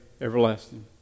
everlasting